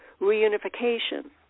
reunification